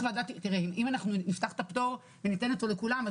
אנחנו נפתח את הפטור וניתן אותו לכולם,